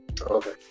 Okay